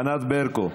ענת ברקו,